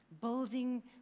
building